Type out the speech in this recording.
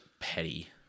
petty